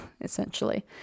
essentially